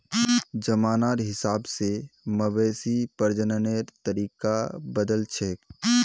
जमानार हिसाब से मवेशी प्रजननेर तरीका बदलछेक